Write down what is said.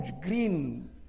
green